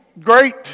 great